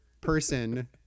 person